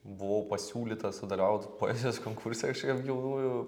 buvau pasiūlytas sudalyvaut poezijos konkurse kažkokiam jaunųjų